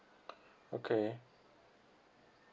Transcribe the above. okay